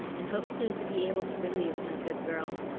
and hope soon to be able to relieve my good girl.